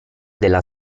della